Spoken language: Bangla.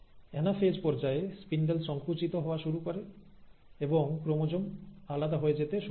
অ্যানাফেজ পর্যায়ে স্পিন্ডেল সংকুচিত হওয়া শুরু করে এবং ক্রোমোজোম আলাদা হয়ে যেতে শুরু করে